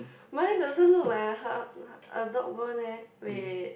mine doesn't look like a !huh! uh dog bone eh wait wait wait